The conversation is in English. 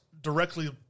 directly